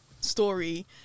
story